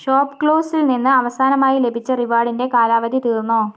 ഷോപ്പ്ക്ലൂസിൽ നിന്ന് അവസാനമായി ലഭിച്ച റിവാർഡിൻ്റെ കാലാവധി തീർന്നോ